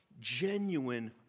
genuine